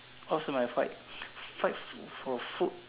some I fight fight for food